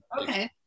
Okay